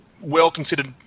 well-considered